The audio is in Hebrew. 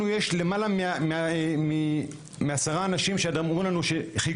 לנו יש למעלה מעשרה אנשים שעוד אמרו לנו שחייגו